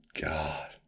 God